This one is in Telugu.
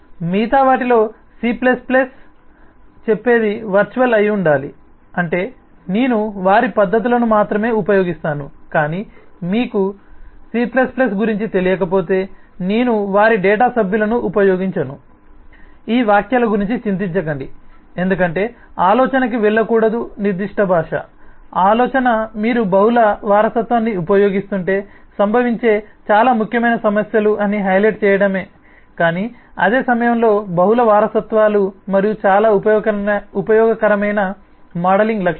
మిగతా వాటిలో C చెప్పేది వర్చువల్ అయి ఉండాలి అంటే నేను వారి పద్ధతులను మాత్రమే ఉపయోగిస్తాను కాని మీకు C గురించి తెలియకపోతే నేను వారి డేటా సభ్యులను ఉపయోగించను ఈ వ్యాఖ్యల గురించి చింతించకండి ఎందుకంటే ఆలోచనకి వెళ్ళకూడదు నిర్దిష్ట భాష ఆలోచన మీరు బహుళ వారసత్వాన్ని ఉపయోగిస్తుంటే సంభవించే చాలా ముఖ్యమైన సమస్యలు అని హైలైట్ చేయడమే కాని అదే సమయంలో బహుళ వారసత్వాలు మరియు చాలా ఉపయోగకరమైన మోడలింగ్ లక్షణం